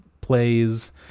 plays